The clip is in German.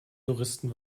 touristen